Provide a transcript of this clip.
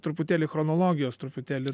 truputėlį chronologijos truputėlį